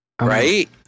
Right